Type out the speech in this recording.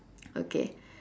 okay